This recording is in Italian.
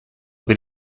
per